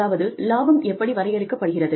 அதாவது லாபம் எப்படி வரையறுக்கப்படுகிறது